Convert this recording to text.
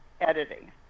editing